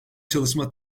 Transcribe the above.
çalışma